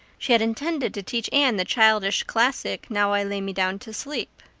she had intended to teach anne the childish classic, now i lay me down to sleep.